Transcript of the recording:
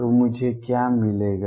तो मुझे क्या मिलेगा